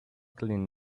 clean